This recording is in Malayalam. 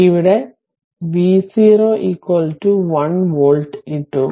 ഇവിടെ V0 1 വോൾട്ട് ഇട്ടു